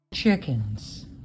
chickens